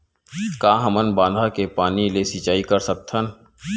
का हमन बांधा के पानी ले सिंचाई कर सकथन?